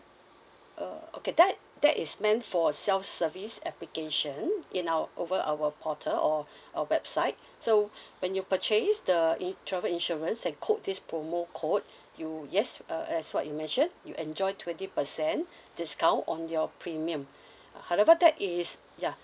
uh okay that that is meant for self-service application in our over our portal or our website so when you purchase the in~ travel insurance and quote this promo code you yes uh as what you mention you enjoy twenty percent discount on your premium uh however that is ya